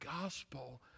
gospel